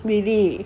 really